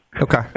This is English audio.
Okay